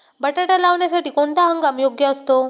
बटाटा लावण्यासाठी कोणता हंगाम योग्य असतो?